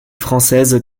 françaises